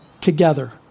together